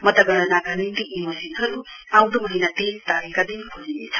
मतगणनाका निम्ति यी मशिनहरु आउँदो महीना तेइस तारीकका दिन खोलिनेछ